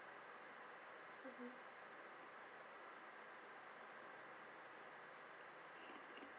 mmhmm